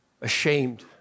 ashamed